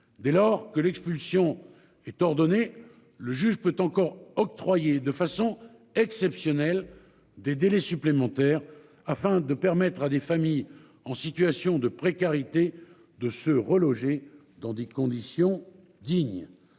dès lors que l'expulsion est ordonné, le juge peut encore octroyer de façon exceptionnelle des délais supplémentaires afin de permettre à des familles en situation de précarité de se reloger dans des conditions dignes.